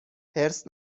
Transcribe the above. حرص